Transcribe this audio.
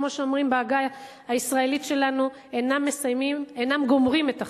או כמו שאומרים בעגה הישראלית שלנו: אינם גומרים את החודש.